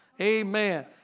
Amen